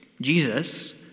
Jesus